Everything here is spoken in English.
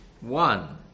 One